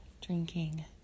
Drinking